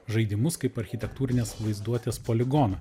žaidimus kaip architektūrinės vaizduotės poligoną